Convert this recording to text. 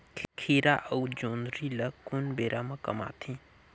खीरा अउ जोंदरी ल कोन बेरा म कमाथे?